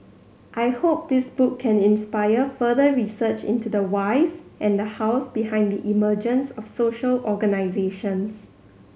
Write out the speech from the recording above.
I hope this book can inspire further research into the whys and the hows behind the emergence of social organisations